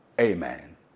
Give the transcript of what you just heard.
amen